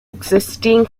existing